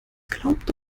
glaubt